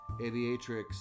aviatrix